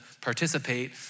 participate